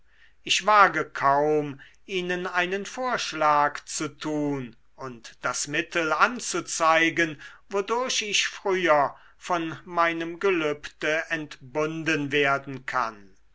ich wage kaum ihnen einen vorschlag zu tun und das mittel anzuzeigen wodurch ich früher von meinem gelübde entbunden werden kann